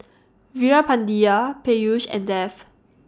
Veerapandiya Peyush and Dev